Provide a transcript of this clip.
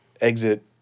Exit